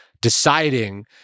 deciding